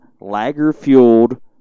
lager-fueled